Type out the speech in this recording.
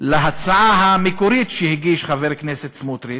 להצעה המקורית שהגיש חבר הכנסת סמוטריץ,